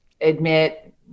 Admit